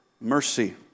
mercy